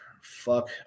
Fuck